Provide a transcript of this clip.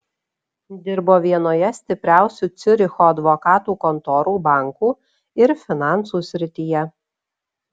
dirbo vienoje stipriausių ciuricho advokatų kontorų bankų ir finansų srityje